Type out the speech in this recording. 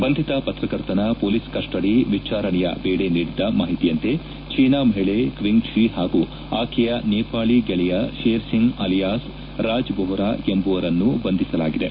ಬಂಧಿತ ಪತ್ರಕರ್ತನ police custody ವಿಚಾರಣೆಯ ವೇಳೆ ನೀಡಿದ್ದ ಮಾಹಿತಿಯಂತೆ ಚೀನಾ ಮಹಿಳೆ ಕ್ಷಿಂಗ್ಷೀ ಹಾಗೂ ಆಕೆಯ ನೇಪಾಳಿ ಗೆಳೆಯ ಶೇರ್ಸಿಂಗ್ ಅಲಿಯಾಸ್ ರಾಜ್ ಬೊಹ್ರಾ ಎಂಬುವರನ್ನು ಬಂಧಿಸಲಾಗಿದೆ